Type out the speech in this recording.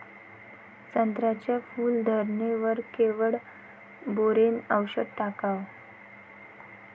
संत्र्याच्या फूल धरणे वर केवढं बोरोंन औषध टाकावं?